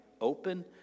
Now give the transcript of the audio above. open